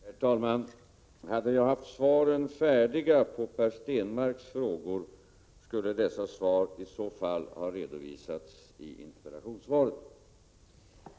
Herr talman! Hade jag haft svaren färdiga på Per Stenmarcks frågor, skulle dessa svar ha redovisats i interpellationssvaret.